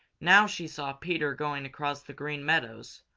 now she saw peter going across the green meadows,